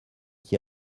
qui